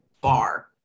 bar